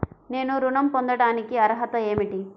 నేను ఋణం పొందటానికి అర్హత ఏమిటి?